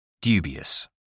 Dubious